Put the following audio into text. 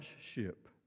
ship